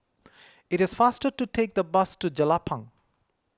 it is faster to take the bus to Jelapang